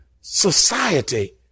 society